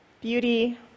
beauty